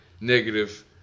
negative